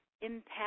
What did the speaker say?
impact